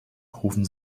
rufen